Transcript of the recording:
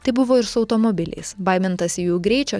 taip buvo ir su automobiliais baimintasi jų greičio